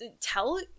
tell